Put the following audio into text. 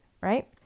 right